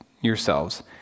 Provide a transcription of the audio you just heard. yourselves